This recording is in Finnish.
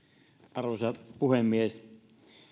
arvoisa puhemies